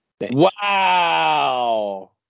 Wow